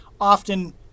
often